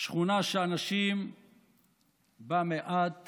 שכונה שהאנשים בה מעט